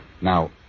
Now